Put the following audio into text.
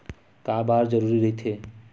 का बार जरूरी रहि थे?